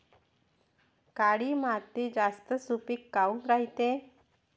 काळी माती जास्त सुपीक काऊन रायते?